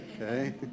okay